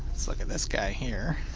let's look at this guy here.